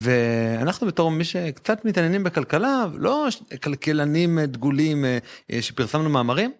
ואנחנו בתור מי שקצת מתעניינים בכלכלה, לא כלכלנים דגולים שפרסמנו מאמרים.